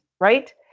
right